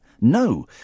No